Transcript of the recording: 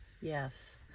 yes